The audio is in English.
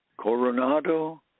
Coronado